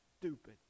stupid